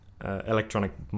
electronic